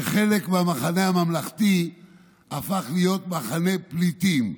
חלק מהמחנה הממלכתי הפך להיות מחנה פליטים.